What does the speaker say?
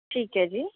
ਠੀਕ ਹੈ ਜੀ